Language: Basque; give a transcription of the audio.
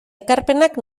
ekarpenak